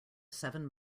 seven